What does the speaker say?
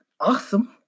awesome